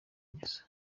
ngeso